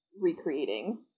recreating